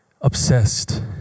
obsessed